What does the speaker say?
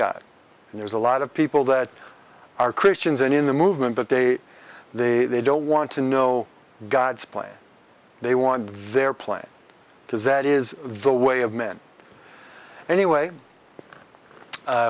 and there's a lot of people that are christians and in the movement but they they they don't want to know god's plan they want their plan does that is the way of men an